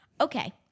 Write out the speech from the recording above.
Okay